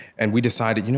and we decided, you